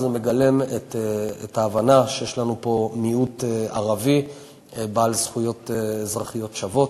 זה מגלם את ההבנה שיש לנו פה מיעוט ערבי בעל זכויות אזרחיות שוות,